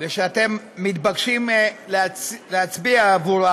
ושאתם מתבקשים להצביע עבורה